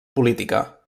política